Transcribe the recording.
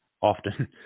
often